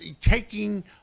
taking